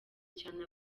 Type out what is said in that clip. cyane